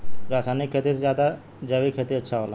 रासायनिक खेती से ज्यादा जैविक खेती अच्छा होला